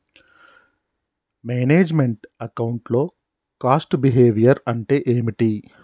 Manage meant account లో cost behaviour అంటే ఏమిటి?